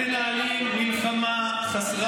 חבר